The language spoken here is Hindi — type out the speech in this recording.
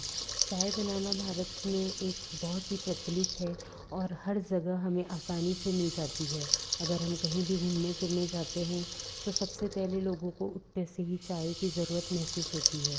चाय बनाना भारत में एक बहुत ही प्रचलित है और हर जगह हमें आसानी से मिल जाती है अगर हम कहीं भी घूमने फिरने जाते हैं तो सबसे पहले लोगों को उठते से ही चाय की ज़रूरत महसूस होती है